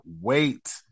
wait